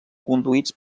conduïts